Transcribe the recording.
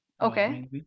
Okay